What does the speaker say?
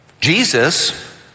Jesus